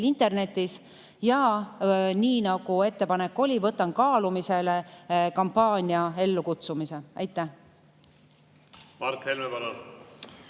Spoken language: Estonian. internetis. Ja nii nagu ettepanek oli, võtan kaalumisele kampaania ellukutsumise. Aitäh